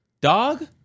dog